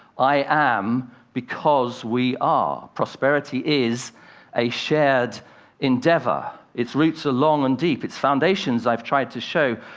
i am because we are. prosperity is a shared endeavor. its roots are long and deep its foundations, i've tried to show,